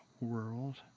world